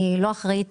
אני לא אחראית